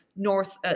North